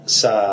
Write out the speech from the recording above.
sa